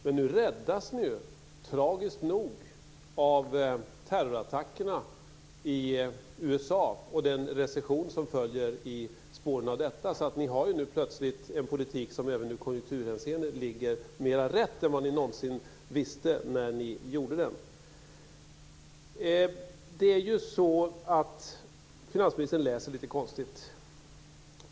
Men nu räddas ni, tragiskt nog, av terrorattackerna i USA och den recession som följer i spåren av dessa så att ni nu plötligt har en politik som även i konjunkturhänseende ligger mer rätt än vad ni någonsin visste när ni gjorde den. Finansministern läser lite konstigt.